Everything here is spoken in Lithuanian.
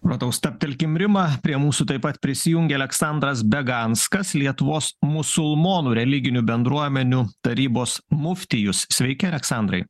matau stabtelkim rima prie mūsų taip pat prisijungė aleksandras beganskas lietuvos musulmonų religinių bendruomenių tarybos muftijus sveiki aleksandrai